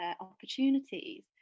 opportunities